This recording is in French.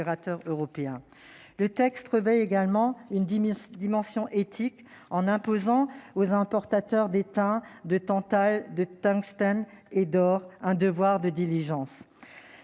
Le texte revêt également une dimension éthique en imposant aux importateurs d'étain, de tantale, de tungstène et d'or un devoir de « diligence